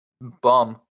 Bum